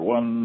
One